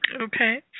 Okay